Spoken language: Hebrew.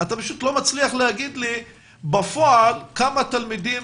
אתה לא מצליח להגיד לי בפועל כמה תלמידים